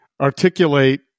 articulate